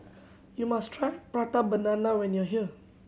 you must try Prata Banana when you are here